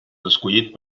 escollit